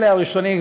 אלה הראשונים,